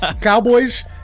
Cowboys